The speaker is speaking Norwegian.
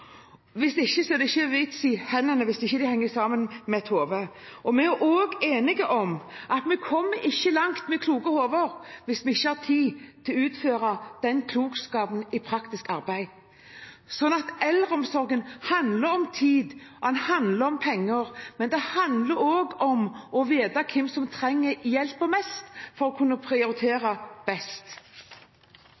er ikke vits i hendene, hvis de ikke henger sammen med et hode. Vi er også enige om at vi ikke kommer langt med kloke hoder hvis vi ikke har tid til å utøve den klokskapen i praktisk arbeid. Eldreomsorgen handler om tid og om penger, men det handler også om å vite hvem som trenger hjelpen mest, for å kunne